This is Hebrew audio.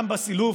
גם הסילוף,